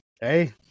Hey